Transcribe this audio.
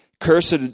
cursed